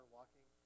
walking